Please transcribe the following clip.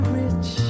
rich